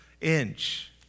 inch